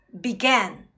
began